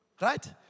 Right